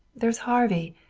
there is harvey.